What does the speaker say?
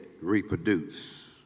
reproduce